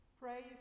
Praise